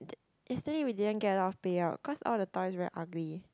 t~ yesterday we didn't get a lot of payout cause all the toys very ugly